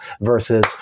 versus